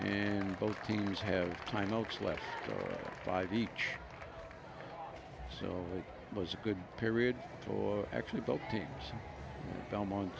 and both teams have my notes less than five each so it was a good period for actually both teams belmont